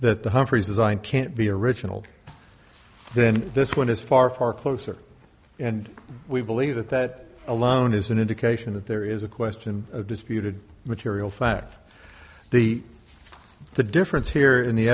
that the humphreys design can't be original then this one is far far closer and we believe that that alone is an indication that there is a question of disputed material fact the the difference here in the